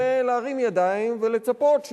ולהרים ידיים ולצפות,